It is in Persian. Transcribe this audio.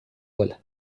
گلم